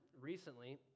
recently